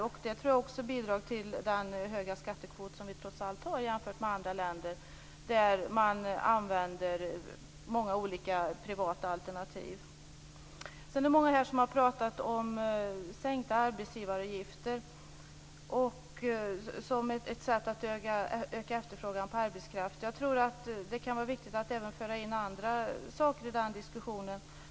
Jag tror att det också bidrar till den höga skattekvot som vi trots allt har jämfört med andra länder där man använder många olika privata alternativ. Sedan är det många här som har pratat om sänkta arbetsgivaravgifter som ett sätt att öka efterfrågan på arbetskraft. Jag tror att det kan vara viktigt att även föra in andra saker i den diskussionen.